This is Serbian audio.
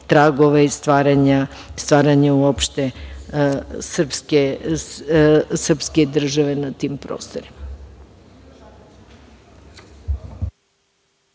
tragove stvaranja opšte srpske države na tim prostorima.